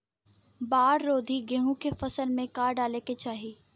बाढ़ रोधी गेहूँ के फसल में का डाले के चाही?